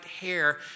hair